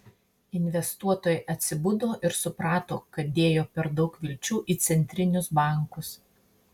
investuotojai atsibudo ir suprato kad dėjo per daug vilčių į centrinius bankus